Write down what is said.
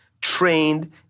trained